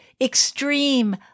extreme